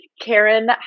Karen